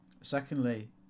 Secondly